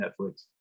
netflix